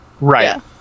Right